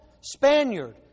Spaniard